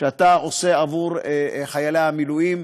עבור חיילי המילואים.